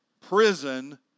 Prison